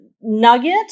Nugget